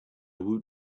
woot